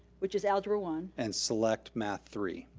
which is algebra one. and select math three.